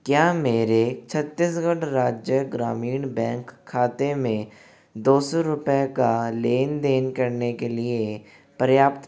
क्या मेरे छत्तीसगढ़ राज्य ग्रामीण बैंक खाते में दो सौ रुपये का लेन देन करने के लिए पर्याप्त पैसा है